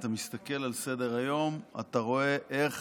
אתה מסתכל על סדר-היום ואתה רואה איך